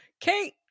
Kate